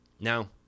Now